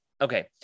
okay